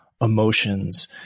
emotions